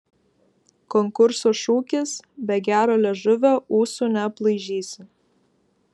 konkurso šūkis be gero liežuvio ūsų neaplaižysi